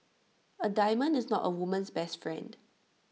A diamond is not A woman's best friend